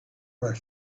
were